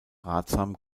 ratsam